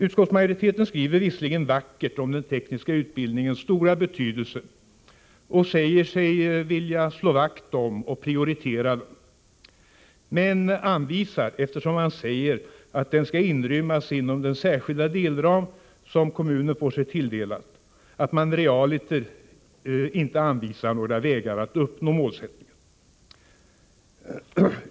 Utskottsmajoriteten skriver visserligen vackert om den tekniska utbildningens stora betydelse och säger sig vilja slå vakt om och prioritera den, men eftersom man säger att den skall inrymmas i den särskilda delram som kommunen får sig tilldelad anvisar man i realiteten inga vägar att uppnå målsättningen. "